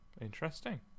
Interesting